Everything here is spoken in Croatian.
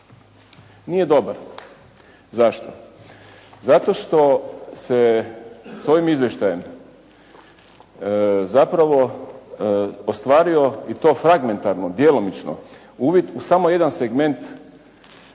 nije dobra. Zašto? Zato što se s ovim izvještajem zapravo ostvario i to fragmentarno, djelomično uvid u samo jedan segment